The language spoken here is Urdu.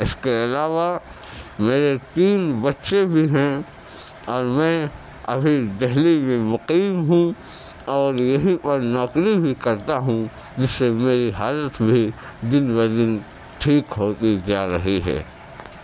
اس کے علاوہ میرے تین بچے بھی ہیں اور میں ابھی دہلی میں مقیم ہوں اور یہیں پر نوکری بھی کرتا ہوں جس سے میری حالت بھی دن بدن ٹھیک ہوتی جا رہی ہے